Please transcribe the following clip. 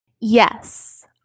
Yes